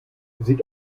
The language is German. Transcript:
sieht